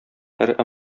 һәр